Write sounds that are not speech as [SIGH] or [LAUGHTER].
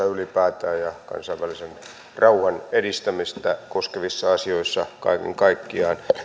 [UNINTELLIGIBLE] ylipäätään ja kansainvälisen rauhan edistämistä koskevissa asioissa kaiken kaikkiaan